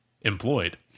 employed